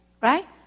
right